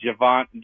Javon